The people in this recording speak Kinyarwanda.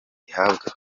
ihabwa